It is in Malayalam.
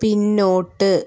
പിന്നോട്ട്